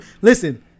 listen